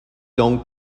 donc